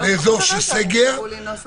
מתוך הבנה שאין לנו יכולת לשאת בתפקידים האלה,